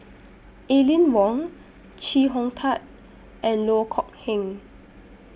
Aline Wong Chee Hong Tat and Loh Kok Heng